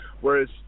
Whereas